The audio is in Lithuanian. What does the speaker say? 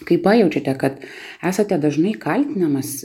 kai pajaučiate kad esate dažnai kaltinamas